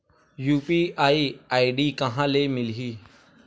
UPI ID कहां ले मिलही?